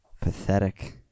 Pathetic